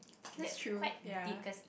that's true ya